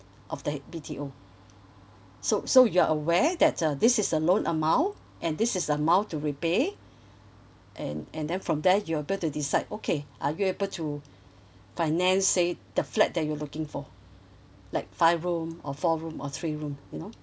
of the B_T_O so so you're aware that uh this is a loan amount and this is amount to repay and and then from there you'll able to decide okay are you able to finance say the flat that you're looking for like five room oe four room or three room you know